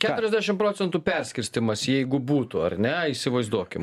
keturiasdešim procentų perskirstymas jeigu būtų ar ne įsivaizduokim